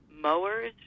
mowers